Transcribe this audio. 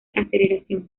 aceleración